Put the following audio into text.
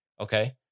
Okay